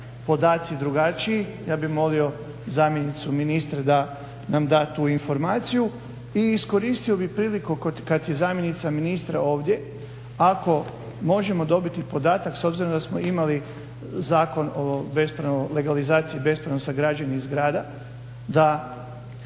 podaci drugačiji ja bi molio zamjenicu ministra da nam da tu informaciju. I iskoristio bi priliku kad je zamjenica ministra ovdje, ako možemo dobiti podatak, s obzirom da smo imali Zakon o legalizaciji bespravno sagrađenih zgrada, da